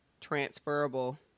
Transferable